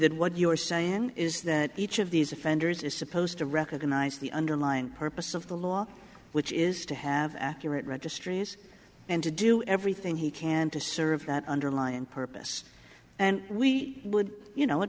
that what you are saying is that each of these offenders is supposed to recognize the underlined purpose of the law which is to have accurate registries and to do everything he can to serve that underlying purpose and we would you know it